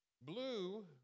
Blue